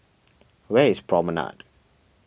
where is Promenade